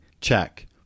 Check